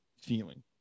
feeling